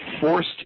forced